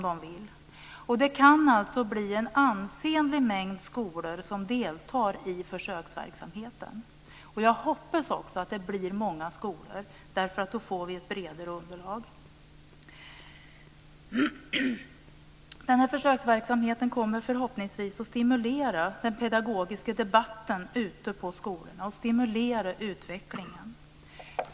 Det kan bli en ansenlig mängd skolor som deltar i försöksverksamheten, och jag hoppas också att det blir många skolor, eftersom vi då får ett bredare underlag. Denna försöksverksamhet kommer förhoppningsvis att stimulera den pedagogiska debatten ute på skolorna och att stimulera utvecklingen.